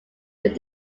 but